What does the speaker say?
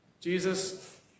Jesus